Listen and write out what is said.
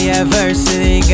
adversity